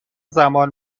زمان